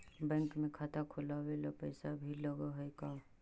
Bank में खाता खोलाबे ल पैसा भी लग है का?